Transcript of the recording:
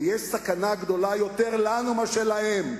ויש סכנה גדולה יותר לנו מאשר להם,